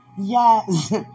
Yes